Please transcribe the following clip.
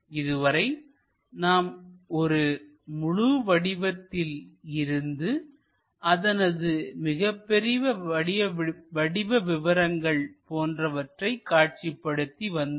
இதுவரை நாம் ஒரு முழு வடிவத்தில் இருந்து அதனது மிகப்பெரிய வடிவ விவரங்கள் போன்றவற்றை காட்சிப்படுத்தி வந்தோம்